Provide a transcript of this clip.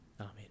Amen